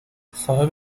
صاحب